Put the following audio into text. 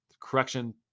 correction